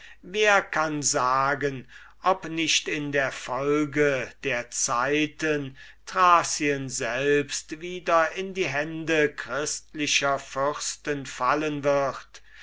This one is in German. wer kann sagen ob nicht in der folge der zeiten thracien selbst wieder in die hände christlicher fürsten fallen wird